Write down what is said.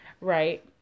Right